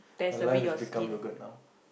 my life has become yoghurt now